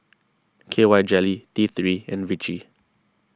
K Y jelly T three and Vichy